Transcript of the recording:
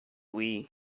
wii